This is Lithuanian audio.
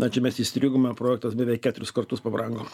na čia mes įstrigome projektas beveik keturis kartus pabrango